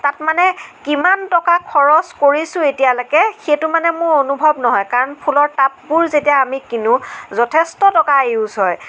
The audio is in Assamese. তাত মানে কিমান টকা খৰচ কৰিছোঁ এতিয়ালৈকে সেইটো মানে মোৰ অনুভৱ নহয় কাৰণ ফুলৰ টাববোৰ যেতিয়া আমি কিনো যথেষ্ট টকা ইউজ হয়